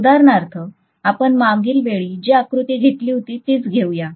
उदाहरणार्थ आपण मागील वेळी जी आकृती घेतली होती तीच घेऊया